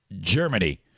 Germany